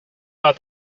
about